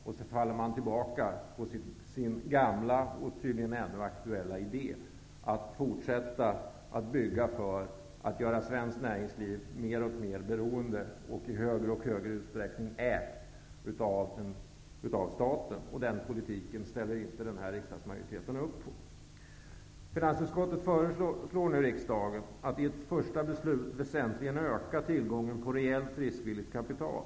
Sedan faller man tillbaka på sin gamla och tydligen ännu aktuella idé, att man vill fortsätta att bygga för att göra svenskt näringsliv i ännu högre utsträckning mer och mer beroende av staten. Den politiken ställer inte den här riksdagsmajoriteten upp på. Finansutskottet föreslår nu riksdagen att genom ett första beslut väsentligt öka tillgången på reellt riskvilligt kapital.